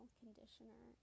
conditioner